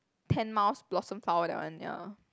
Ten Miles Blossom Flower that one ya